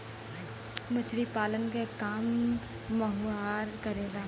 मछरी पालन के काम मछुआरा करेलन